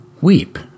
weep